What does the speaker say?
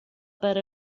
per